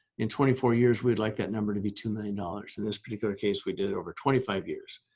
in twenty four years, we'd like that number to be two million dollars. in this particular case we did over twenty five years.